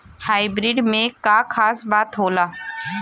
Hybrid में का खास बात होला?